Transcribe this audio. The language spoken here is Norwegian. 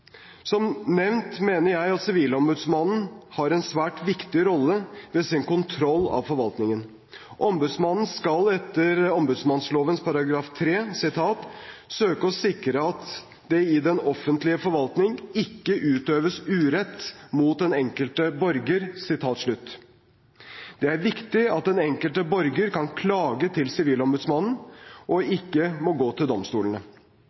Som nevnt mener jeg at Sivilombudsmannen har en svært viktig rolle ved sin kontroll av forvaltningen. Ombudsmannen skal etter ombudsmannsloven § 3 «søke å sikre at det i den offentlige forvaltning ikke øves urett mot den enkelte borger». Det er viktig at den enkelte borger kan klage til Sivilombudsmannen og ikke må gå til domstolene.